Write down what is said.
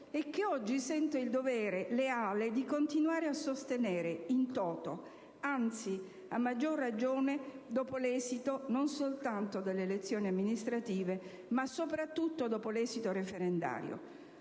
e che oggi sento il dovere leale di continuare a sostenere *in toto*, a maggior ragione dopo l'esito delle elezioni amministrative, ma soprattutto dopo l'esito referendario.